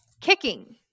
kicking